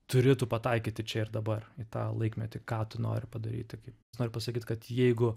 turi tu pataikyti čia ir dabar į tą laikmetį ką tu nori padaryti kai noriu pasakyt kad jeigu